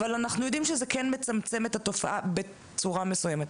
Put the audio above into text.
אבל אנחנו יודעים שזה כן מצמצם את התופעה בצורה מסוימת.